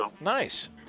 Nice